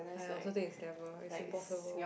!aiya! I also think is never it's impossible